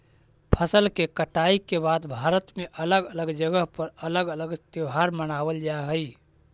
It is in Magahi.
फसल के कटाई के बाद भारत में अलग अलग जगह पर अलग अलग त्योहार मानबल जा हई